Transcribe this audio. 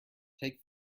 take